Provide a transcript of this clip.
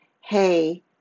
hey